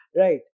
right